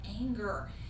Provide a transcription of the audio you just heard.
anger